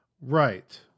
Right